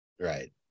Right